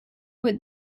with